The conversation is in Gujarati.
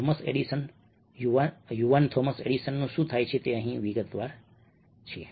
થોમસ એડિસન યુવાન થોમસ એડિસનનું શું થાય છે તે અહીં વિગતવાર છે